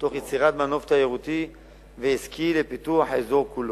תוך יצירת מנוף תיירותי ועסקי לפיתוח האזור כולו.